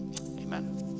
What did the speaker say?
Amen